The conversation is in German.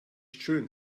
schön